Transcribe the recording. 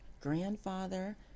grandfather